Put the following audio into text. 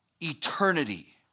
eternity